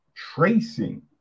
tracing